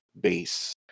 base